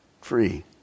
free